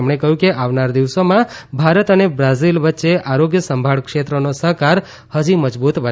તેમણે કહ્યું કે આવનાર દિવસોમાં ભારત અને બ્રાઝીલ વચ્ચે આરોગ્ય સંભાળ ક્ષેત્રનો સહકાર હજી મજબુત બનાવાશે